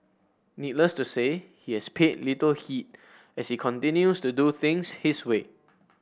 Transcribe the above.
needless to say he has paid little heed as he continues to do things his way